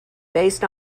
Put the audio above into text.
based